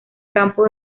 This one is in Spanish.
campo